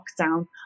lockdown